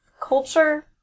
culture